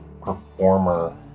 performer